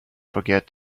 forget